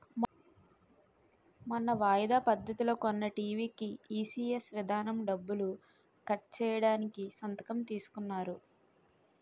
మొన్న వాయిదా పద్ధతిలో కొన్న టీ.వి కీ ఈ.సి.ఎస్ విధానం డబ్బులు కట్ చేయడానికి సంతకం తీసుకున్నారు